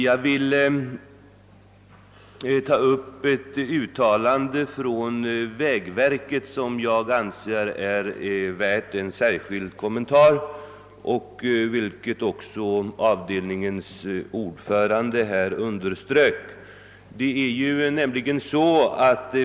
Jag vill ta upp ett uttalande av vägverket, som jag anser vara värt en särskild kommentar, och som också här understrukits av avdelningens ordförande.